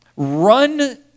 Run